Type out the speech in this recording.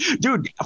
dude